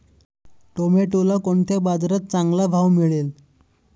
टोमॅटोला कोणत्या बाजारात चांगला भाव मिळेल?